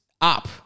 up